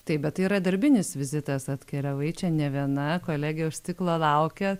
taip bet tai yra darbinis vizitas atkeliavai čia ne viena kolegė už stiklo laukia